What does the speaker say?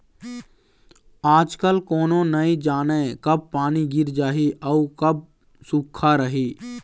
आजकाल कोनो नइ जानय कब पानी गिर जाही अउ कब सुक्खा रही